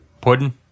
pudding